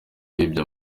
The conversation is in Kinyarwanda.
yibye